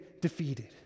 defeated